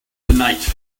tonight